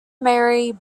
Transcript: marry